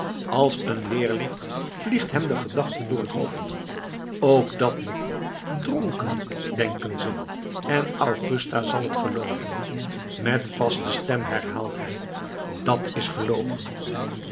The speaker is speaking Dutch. als een weerlicht vliegt hem de gedachte door t hoofd ook dat nog dronken denken ze en augusta zal t gelooven met vaste stem herhaalt hij dat is gelogen